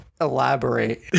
elaborate